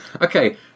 Okay